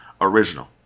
original